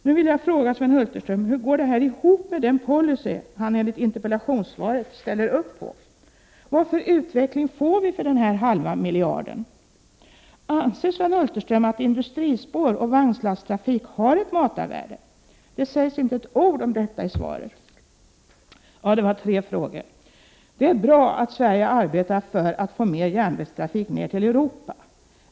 Nu vill jag fråga Sven Hulterström: Hur går detta ihop med den policy han enligt interpellationssvaret ställer sig bakom? Vilken utveckling får vi för denna halva miljard? Anser Sven Hulterström att industrispår och vagnslasttrafik har ett matarvärde? Det sägs inte ett ord om detta i svaret. Det är bra att Sverige arbetar för att få mer järnvägstrafik ned till Europa.